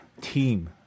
team